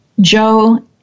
Joe